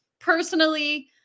Personally